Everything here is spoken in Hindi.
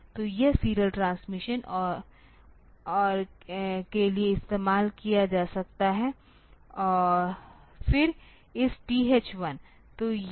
तो यह सीरियल ट्रांसमिशन और के लिए इस्तेमाल किया जा सकता है फिर इस TH1